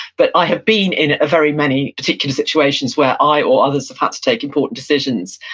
but i have been in a very many particular situations where i, or others, have had to make important decisions.